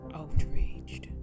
outraged